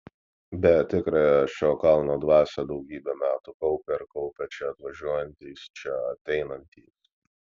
bet tikrąją šio kalno dvasią daugybę metų kaupė ir kaupia čia atvažiuojantys čia ateinantys